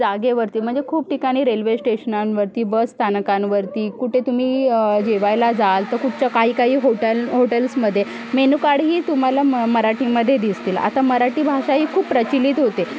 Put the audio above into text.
जागेवरती म्हणजे खूप ठिकाणी रेल्वे स्टेशनांवरती बस स्थानकांवरती कुठे तुम्ही जेवायला जाल तर कुठच्या काही काही हॉटेल हॉटेल्समध्ये मेनू कार्डही तुम्हाला म मराठीमध्ये दिसतील आता मराठी भाषाही खूप प्रचलित होते